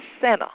Center